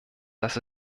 dass